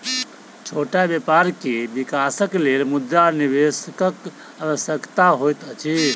छोट व्यापार के विकासक लेल मुद्रा निवेशकक आवश्यकता होइत अछि